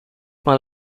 mal